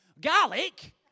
Garlic